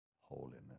holiness